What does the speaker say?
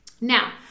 now